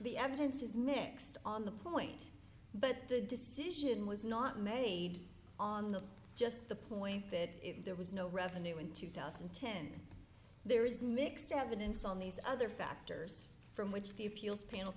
the evidence is mixed on the point but the decision was not made on the just the point that if there was no revenue in two thousand and ten there is mixed evidence on these other factors from which the appeals panel